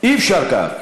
אי-אפשר כך,